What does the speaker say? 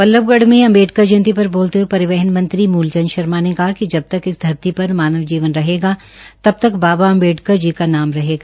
बल्लभगढ़ में अम्बेडकर जयंती पर बोलते हये परिवहन मंत्री मूल चंद शर्मा ने कहा कि जब तक इस धरती पर मानव जीवन रहेगा तक बाबा अम्डेकर की नाम रहेगा